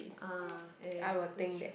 ah ya ya ya that's true